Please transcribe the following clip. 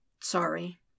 Sorry